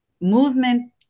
movement